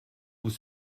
vous